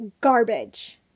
garbage